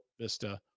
Vista